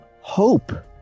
hope